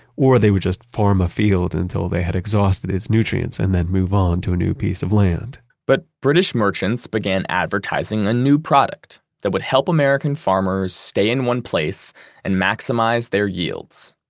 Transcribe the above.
or they would just farm a field until they had exhausted its nutrients, and then move on to a new piece of land but british merchants began advertising a new product that would help american farmers stay in one place and maximize their yields.